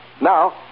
Now